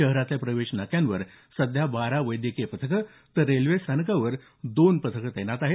शहरातल्या प्रवेश नाक्यांवर सध्या बारा वैद्यकीय पथकं तर रेल्वे स्थानकावर दोन पथकं तैनात आहेत